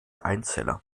einzeller